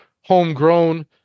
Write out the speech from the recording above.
homegrown